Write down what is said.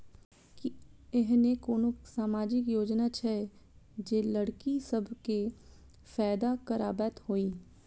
की एहेन कोनो सामाजिक योजना छै जे लड़की सब केँ फैदा कराबैत होइ?